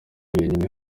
wenyine